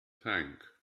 tank